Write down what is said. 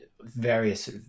various